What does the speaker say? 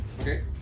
Okay